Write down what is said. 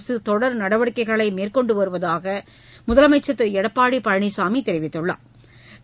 அரசு தொடர் நடவடிக்கைகளை மேற்கொண்டு வருவதாக முதலமைச்சா் திரு எடப்பாடி பழனிசாமி தெரிவித்துள்ளாா்